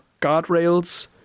guardrails